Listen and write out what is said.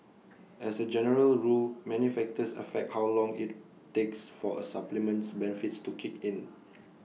as A general rule many factors affect how long IT takes for A supplement's benefits to kick in